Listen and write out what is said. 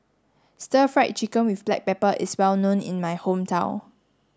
stir fried chicken with black pepper is well known in my hometown